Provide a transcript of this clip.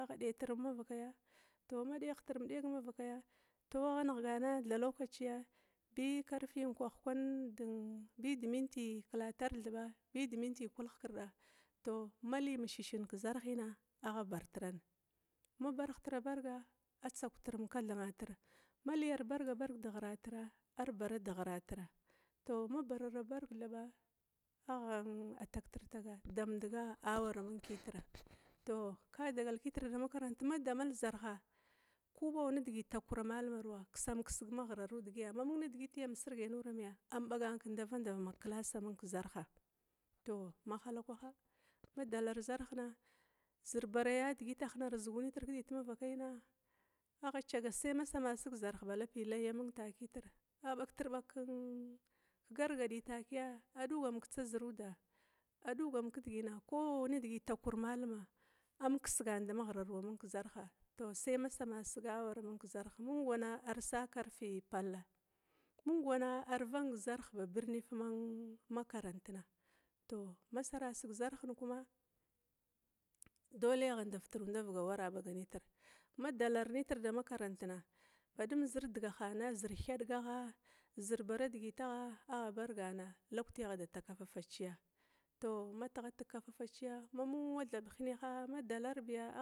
Adaitrum mavakaya, tou ma daitrum daigh mavakaya tou agha nighgana thab lakwaciya bi karfi unkwah di minti kilatar thuba bi de minti kulihkira tou mali mishish kezarhina agha bar ran ma barghtara barga, a tsaugtirdum kesidavatir, mali arbarga barga badghiratira, arbara deghiratir, ma barara barga thaba, a tagtirtaga damdiga awara mung kitra, tou ka dagal kitir damakarant, tou madamal zarha, ku bau nidigi takkur malamaru a kisamkisig digiya mamung nidigi am sirgai nuram, amm baga ki ndava ndav amung kezarha, tou mahalakwaha ma dalar zarhna, zir ya bara digitahan arzugu nitir kidigit mavakaina agha cagant sai ma samasig zirh amung kitir abagtir bag kegargadi takia adugam ketsa zarhuda, adugam kidigit kobau nidigi takkur malamun am kisgan dama ghiraru amung kezarha tou sai ma samasig awara mung kizarzh. Mung wana arsa karfi balla, mung wana arvang zarh ba birnif makarantna. Masarasig zarhin kuma dole agha ndavtru ndavig taki awara baga nitir, ma dalarnitir damnakarantna, zir degahana zir thadigha, zir baradigitagha agha bargana laukti agha da takafa faciya, tou ma tighatig kafa faciya mamung wa thab hineha dalarbiya agha daitrum.